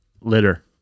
litter